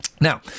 Now